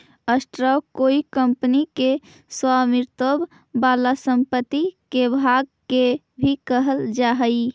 stock कोई company के स्वामित्व वाला संपत्ति के भाग के भी कहल जा हई